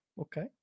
okay